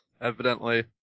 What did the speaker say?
Evidently